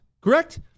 Correct